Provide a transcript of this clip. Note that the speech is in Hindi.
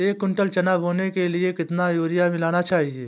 एक कुंटल चना बोने के लिए कितना यूरिया मिलाना चाहिये?